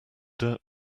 dirt